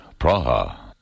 Praha